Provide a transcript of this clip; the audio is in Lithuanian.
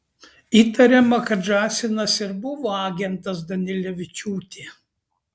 įtariama kad žąsinas ir buvo agentas danilevičiūtė